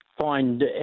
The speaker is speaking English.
Find